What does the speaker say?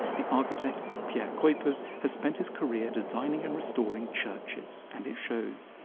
the architect pierre kuiper has has spent his career designing and restoring churches and it shows.